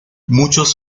muchos